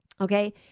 okay